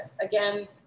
again